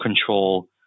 control